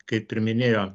kaip ir minėjo